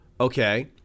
okay